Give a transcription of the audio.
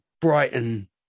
Brighton